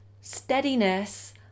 steadiness